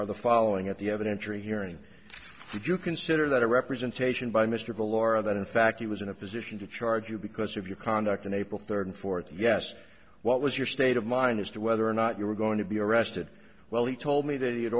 are the following at the evidence or hearing if you consider that a representation by mr vaile or that in fact he was in a position to charge you because of your conduct in april third and fourth yes what was your state of mind as to whether or not you were going to be arrested well he told me that he had